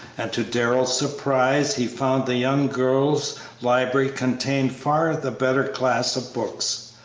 and, to darrell's surprise, he found the young girl's library contained far the better class of books.